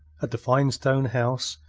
at the fine stone house,